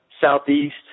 southeast